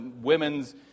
women's